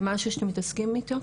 זה משהו שאתם מתעסקים איתו,